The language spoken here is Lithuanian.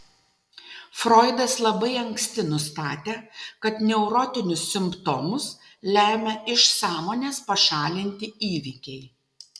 froidas labai anksti nustatė kad neurotinius simptomus lemia iš sąmonės pašalinti įvykiai